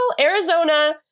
Arizona